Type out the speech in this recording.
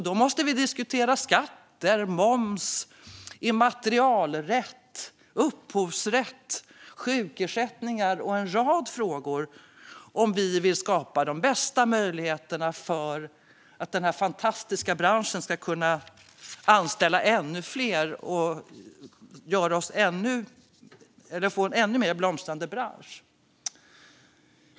Vi måste diskutera skatter, moms, immaterialrätt, upphovsrätt, sjukersättningar och ytterligare en rad frågor om vi vill skapa de bästa möjligheterna för att den här fantastiska branschen ska kunna anställa ännu fler och blomstra ännu mer.